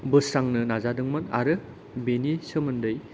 बोस्रांनो नाजादोंमोन आरो बेनि सोमोन्दै